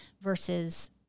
versus